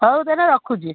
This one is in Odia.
ହଉ ତାହେଲେ ରଖୁଛି